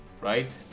right